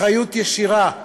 אחריות ישירה,